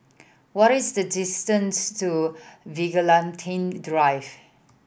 what is the distance to Vigilante Drive